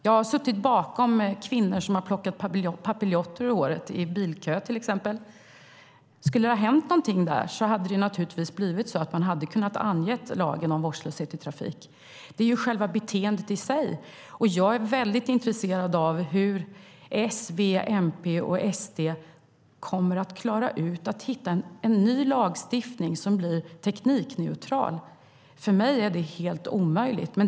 Jag har suttit i bilkö bakom kvinnor som har plockat papiljotter ur håret, till exempel. Om det skulle ha hänt någonting då skulle man naturligtvis ha kunnat ange lagen om vårdslöshet i trafik. Det är själva beteendet i sig det handlar om. Jag är väldigt intresserad av hur S, V, MP och SD kommer att klara ut att hitta en ny lagstiftning som blir teknikneutral. För mig är det helt omöjligt.